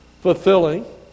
fulfilling